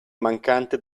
mancante